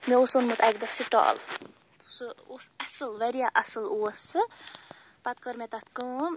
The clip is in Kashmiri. مےٚ اوس اوٚنمُت اَکہِ دۄہ سِٹال سُہ اوس اصٕل واریاہ اصٕل اوس سُہ پَتہٕ کٔر مےٚ تَتھ کٲم